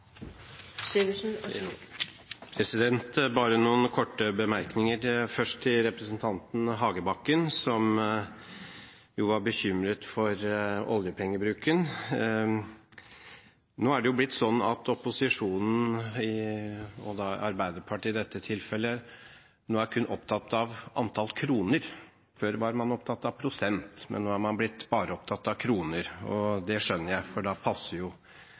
Hagebakken, som var bekymret over oljepengebruken. Opposisjonen – i dette tilfellet Arbeiderpartiet – er nå kun opptatt av antall kroner. Før var man opptatt av prosent, nå er man bare opptatt av kroner. Det skjønner jeg, for da passer